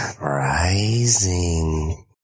Rising